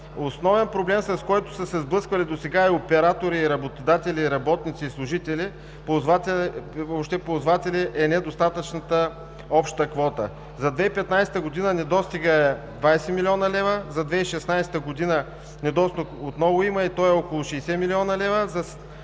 Основен проблем, с който са се сблъсквали досега и оператори, и работодатели, работници и служители, въобще ползватели, е недостатъчната обща квота. За 2015 г. недостигът е 20 млн. лв., за 2016 г. недостиг отново има и той е около 60 млн. лв.